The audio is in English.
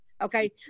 Okay